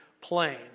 plain